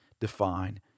define